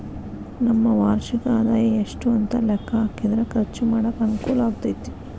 ನಮ್ಮ ವಾರ್ಷಿಕ ಆದಾಯ ಎಷ್ಟು ಅಂತ ಲೆಕ್ಕಾ ಹಾಕಿದ್ರ ಖರ್ಚು ಮಾಡಾಕ ಅನುಕೂಲ ಆಗತೈತಿ